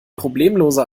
problemloser